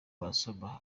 wasoma